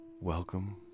Welcome